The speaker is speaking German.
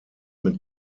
mit